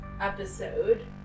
episode